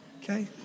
Okay